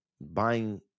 Buying